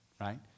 right